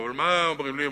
אבל מה אומרים לי?